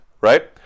right